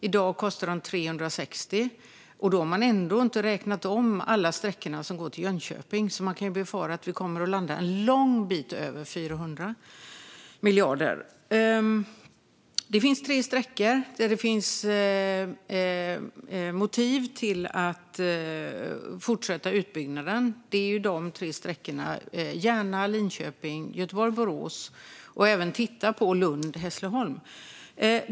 I dag kostar de 360 miljarder, och då har man ändå inte räknat om alla sträckor som går till Jönköping. Det kan alltså befaras landa en bra bit över 400 miljarder. På tre sträckor finns det motiv för att fortsätta utbyggnaden. Det är Järna-Linköping och Göteborg-Borås. Man bör även titta på Lund-Hässleholm.